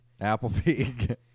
Applebee